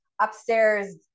upstairs